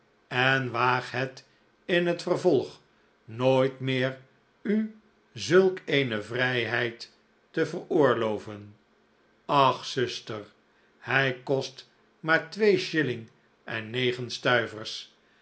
en waag het in het vervolg nooit mccr u zulk ecn vrijheid te veroorloven ach zustcr hij kost maar twee shilling en negen stuivers